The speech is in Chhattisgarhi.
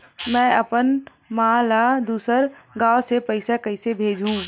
में अपन मा ला दुसर गांव से पईसा कइसे भेजहु?